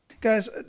Guys